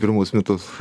pirmus metus